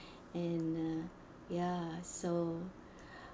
and uh ya so